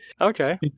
okay